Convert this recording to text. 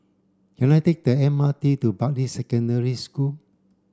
can I take the M R T to Bartley Secondary School